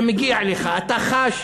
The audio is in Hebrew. זה מגיע אליך, אתה חש